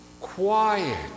quiet